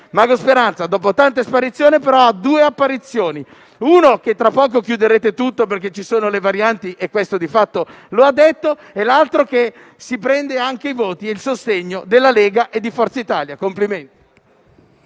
mago Speranza, però, dopo tante sparizioni, ha due apparizioni: la prima è che tra poco chiuderete tutto perché ci sono le varianti (e questo di fatto lo ha detto) e l'altra è che si prende anche i voti e il sostegno della Lega e di Forza Italia. Complimenti.